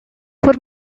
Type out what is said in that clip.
for